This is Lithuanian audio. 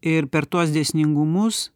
ir per tuos dėsningumus